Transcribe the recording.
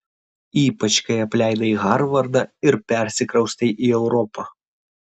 ypač kai apleidai harvardą ir persikraustei į europą